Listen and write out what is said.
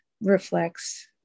reflects